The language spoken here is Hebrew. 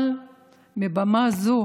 אבל מבמה זו